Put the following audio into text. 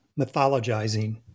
mythologizing